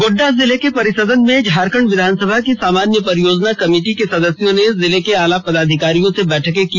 गोड्डा जिले के परिसदन में झारखण्ड विधानसभा की सामान्य परियोजना कमेटी के सदस्यों ने जिले के आला अधिकारियों से बैठकें की